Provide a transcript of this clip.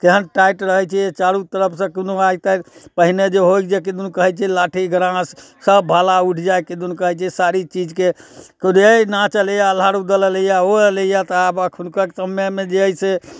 तेहन टाइट रहै छै चारू तरफ से कोनो आगि तागि पहिने जे होइ जे किदन कहै छै लाठी ग्राँस सभ भाला उठि जाइ किदन कहै छै सारी चीजके रे नाच अयलै है आल्हा ऊदल अयलै है ओ अयलै है तऽ आब अखुनका समयमे जे अछि से